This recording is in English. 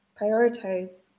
prioritize